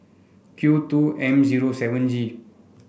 Q two M zero seven G